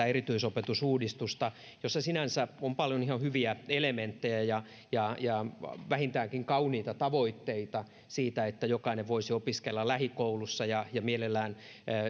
erityisopetusuudistuksessa sinänsä oli paljon ihan hyviä elementtejä ja ja vähintäänkin kauniita tavoitteita siitä että jokainen voisi opiskella lähikoulussa ja ja mielellään